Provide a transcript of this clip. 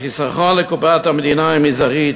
החיסכון לקופת המדינה הוא מזערי,